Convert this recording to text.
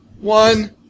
One